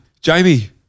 Jamie